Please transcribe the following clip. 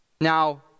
Now